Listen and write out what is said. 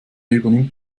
übernimmt